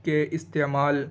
کے استعمال